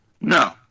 No